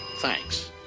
thanks.